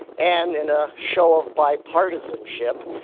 and, in a show of bipartisanship,